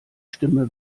stimme